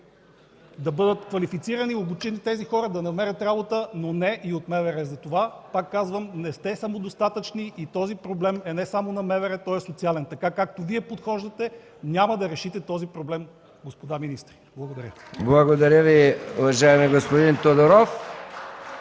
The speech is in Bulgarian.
да бъдат квалифицирани и обучени тези хора, да намерят работа, но не и от МВР. Затова, пак казвам, не сте самодостатъчни и този проблем е не само на МВР, той е социален. Така както Вие подхождате, няма да решите този проблем, господа министри. Благодаря. (Ръкопляскания от